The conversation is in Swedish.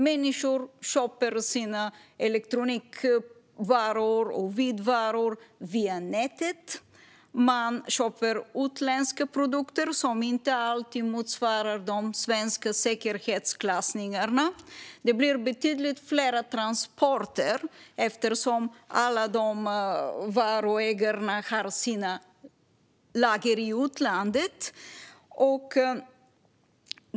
Människor köper sina elektronikvaror och vitvaror via nätet i stället. Man köper utländska produkter som inte alltid motsvarar de svenska säkerhetsklassningarna. Det blir betydligt fler transporter, eftersom tillverkarna har sina lager i utlandet.